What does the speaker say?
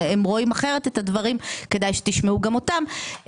כי הם רואים אחרת את הדברים וכדאי שתשמעו גם אותם.